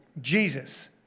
Jesus